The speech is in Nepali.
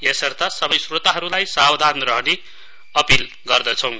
यसर्थ सबै श्रोतहरुलाई सावधान रहने अपील गर्दछौं